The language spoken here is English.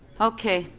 okay.